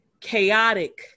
chaotic